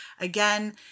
again